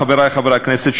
חברי חברי הכנסת,